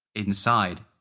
inside